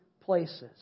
places